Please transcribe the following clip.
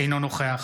אינו נוכח